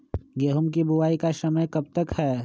गेंहू की बुवाई का समय कब तक है?